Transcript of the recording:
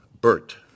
Bert